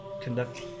conduct